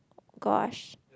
gosh